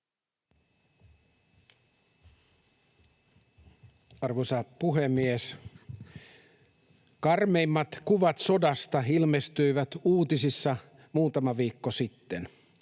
Arvoisa puhemies! Karmeimmat kuvat sodasta ilmestyivät uutisissa muutama viikko sitten,